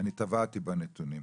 אני טבעתי בנתונים,